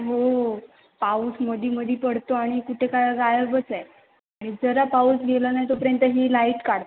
हो पाऊस मध्ये मध्ये पडतो आणि कुठे काय गायबच आहे जरा पाऊस गेला नाही तोपर्यंत ही लाईट काढतात